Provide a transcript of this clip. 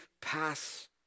pass